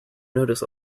notice